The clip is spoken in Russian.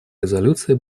резолюции